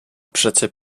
przecie